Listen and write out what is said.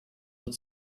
ihre